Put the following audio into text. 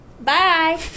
Bye